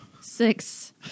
Six